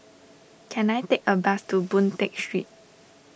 can I take a bus to Boon Tat Street